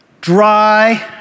Dry